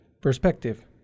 perspective